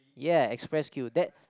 ya express queue that